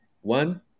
One